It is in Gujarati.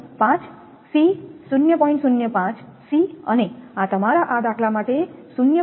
05 C અને આ તમારા આ દાખલા માટે 0